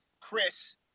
Chris